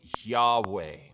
Yahweh